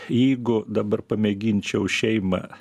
jeigu dabar pamėginčiau šeimą